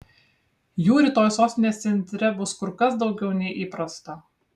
jų rytoj sostinės centre bus kur kas daugiau nei įprasta